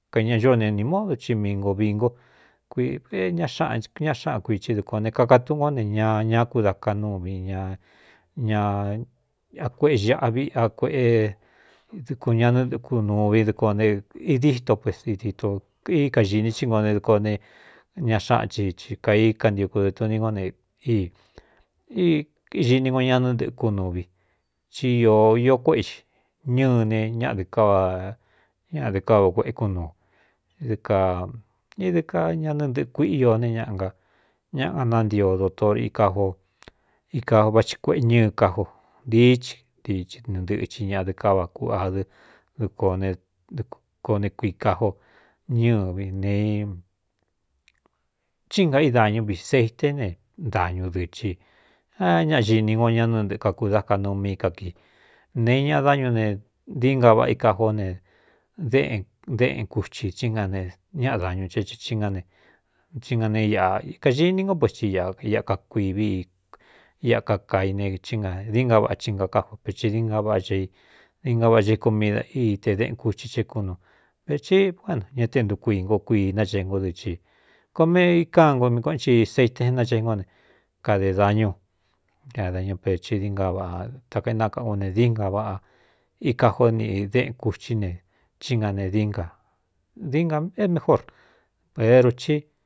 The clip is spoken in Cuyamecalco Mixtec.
Kaiña ñoó ne ni módu ci mingovingu kiña xañaꞌa xáꞌan kuici dukuān ne kaka túꞌun ngó ne ña ña kuda ka nú vi ñañaakueꞌe ñaꞌvi a kueꞌe dɨkun ñanɨɨku nuvin dɨko ne idîto pesidito i kañini tí ngo ne dɨko ne ña xáꞌan chi kai kantiuku dɨ tuni nó ne ini ngo ñanɨ ntɨkú nuvi tí īō iō kuéꞌe i ñɨne ñaꞌdɨ káa ñaꞌdɨ káa kueꞌé kúnuu dɨ kā idɨ ka ñanɨ ntɨꞌɨkuíꞌi i ne ñꞌa ñaꞌa nántio dotor ika jo ika vati kueꞌe ñɨɨ kájo ntíí chi ntiihɨ nɨɨ ndɨꞌchi ñaꞌdɨ káva kuꞌ adɨ dɨko ne dɨkoo né kuikajo ñɨv ne chíi nga i dāñú vi seiten ne dañu dɨ chi a ñañini ngo ñá nɨntɨɨkakudá kaꞌ nuu mí í ka kii nee iñ dáñu ne diínga vaꞌa ikaj ó ne déꞌn déꞌn kuchi nane ñaꞌa dañu cheína neí ngane iꞌa kaini ngo pe ti ika kuivi ika kaine ína diínga vaꞌa chí nga kájo peti dváꞌ cha dinga vaꞌa cha iku mida i te déꞌn kuthi cé kúnu veti uéno ña tentukuingo kui nacheingó dɨ chi kome ikán go mi kuꞌen ci seite é nacheingo ne kade dañú dañupeci dinga vꞌa takainakaꞌ u ne dina vaꞌa ikajó niꞌ déꞌn kuthí ne í na ne dina dingaé mejoreeruci.